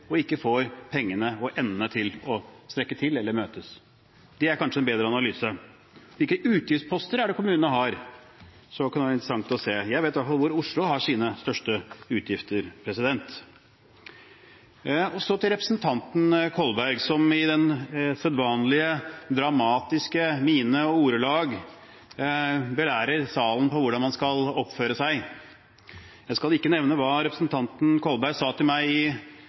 og ikke får pengene og endene til å strekke til eller til å møtes? Det er kanskje en bedre analyse. Hvilke utgiftsposter er det kommunene har? Det kunne vært interessant å se. Jeg vet iallfall hvor Oslo har sine største utgifter. Så til representanten Kolberg, som med den sedvanlige dramatiske mine og ordelag belærer salen om hvordan man skal oppføre seg. Jeg skal ikke nevne hva representanten Kolberg sa til meg